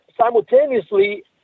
simultaneously